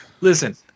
Listen